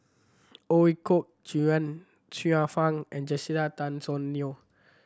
Ooi Kok Chuen Xiu Fang and Jessica Tan Soon Neo